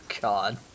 God